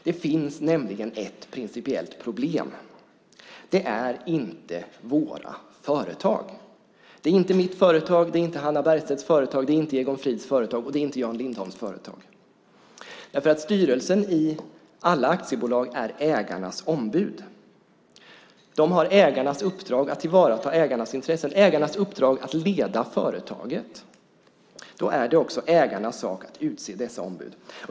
Det finns nämligen ett principiellt problem: Det är inte våra företag. Det är inte mitt företag, det är inte Hannah Bergstedts företag, det är inte Egon Frids företag, och det är inte Jan Lindholms företag. Styrelsen i alla aktiebolag är ägarnas ombud. De har ägarnas uppdrag att tillvarata ägarnas intressen, ägarnas uppdrag att leda företaget. Då är det också ägarnas sak att utse dessa ombud.